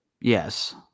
Yes